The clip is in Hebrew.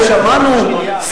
ושמענו,